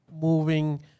moving